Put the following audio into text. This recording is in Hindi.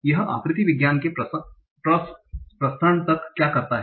यह आकृति विज्ञान के प्रसंस्करण तक क्या करता है